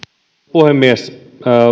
puhemies